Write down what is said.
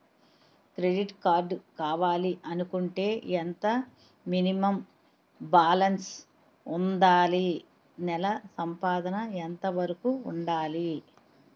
Credit card కావాలి అనుకుంటే ఎంత మినిమం బాలన్స్ వుందాలి? నెల సంపాదన ఎంతవరకు వుండాలి?